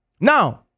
Now